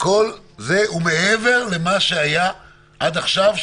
כל זה הוא מעבר למה שהיה עד עכשיו,